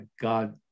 God